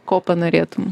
ko panorėtum